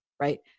right